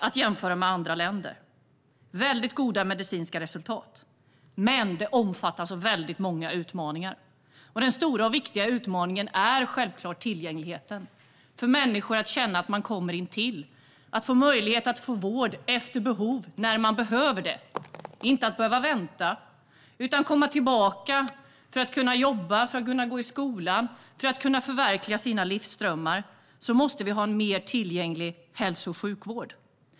Men vi har också många utmaningar. Den största och viktigaste utmaningen är givetvis tillgängligheten. Människor måste kunna lita på att de får vård när de behöver det och att de inte behöver vänta. För att människor ska kunna återvända till jobb och skola och kunna förverkliga sina livsdrömmar måste vi ha en mer tillgänglig hälso och sjukvård.